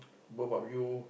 both of you